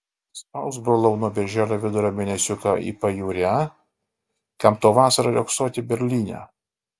spausk brolau nuo birželio vidurio mėnesiuką į pajūrį a kam tau vasarą riogsoti berlyne